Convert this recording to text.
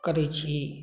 करै छी